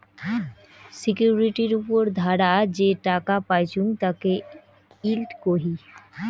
সিকিউরিটির উপর ধারা যে টাকা পাইচুঙ তাকে ইল্ড কহি